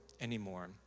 anymore